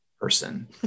person